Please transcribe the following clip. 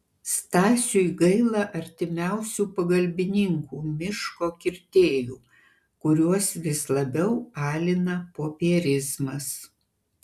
stasiui gaila artimiausių pagalbininkų miško kirtėjų kuriuos vis labiau alina popierizmas